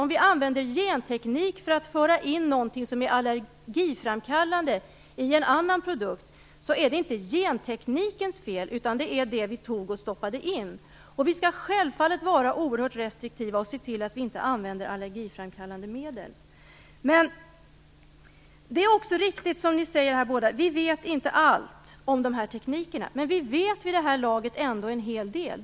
Om vi använder genteknik för att föra in någonting som är allergiframkallande i en annan produkt är det inte gentekniken det är fel på utan det som vi stoppade in. Vi skall självfallet vara oerhört restriktiva och se till att vi inte använder allergiframkallande medel. Det är dock riktigt som ni båda säger: Vi vet inte allt om de här teknikerna. Men vi vet vid det här laget ändå en hel del.